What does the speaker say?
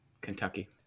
Kentucky